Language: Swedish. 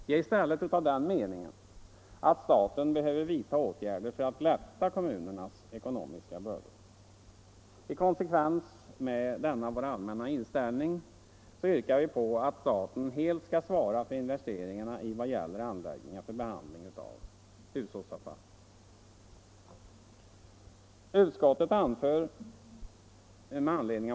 Vi är i stället av den meningen att staten behöver vidta åtgärder för att lätta kommunernas ekonomiska bördor. I konsekvens med denna vår allmänna inställning yrkar vi på att staten helt skall svara för investeringarna i vad gäller anläggningar för behandling av hushållsavfall.